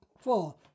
four